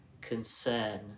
concern